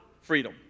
freedom